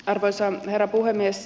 arvoisa herra puhemies